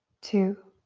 two,